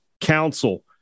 Council